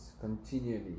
continually